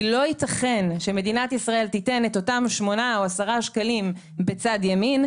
כי לא ייתכן שמדינת ישראל תיתן את אותם שמונה או עשרה שקלים בצד ימין,